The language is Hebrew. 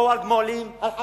באו על גמלים, על חמורים,